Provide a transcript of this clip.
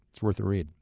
it's worth a read.